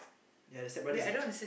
ya the stepbrother is